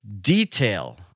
detail